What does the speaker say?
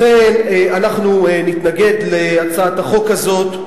לכן אנחנו נתנגד להצעת החוק הזאת.